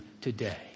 today